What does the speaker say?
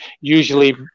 usually